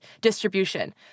distribution